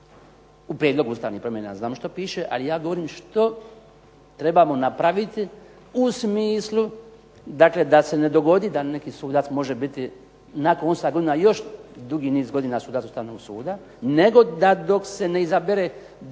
u prijedlogu ustavnih promjena ja znam što piše, ali ja govorim što trebamo napraviti u smislu dakle da se ne dogodi da neki sudac može biti nakon 8 godina još dugi niz godina sudac Ustavnog suda nego da dok se ne izabere